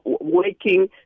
working